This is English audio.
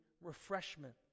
refreshment